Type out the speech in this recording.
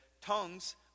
tongues